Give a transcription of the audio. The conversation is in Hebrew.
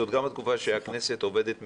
זאת גם תקופה שהכנסת עובדת מצוין,